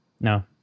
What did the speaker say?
No